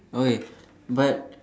okay but